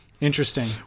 Interesting